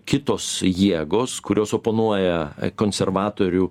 kitos jėgos kurios oponuoja konservatorių